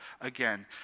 again